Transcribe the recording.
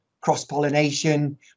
cross-pollination